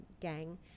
gang